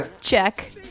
check